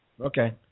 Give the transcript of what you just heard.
Okay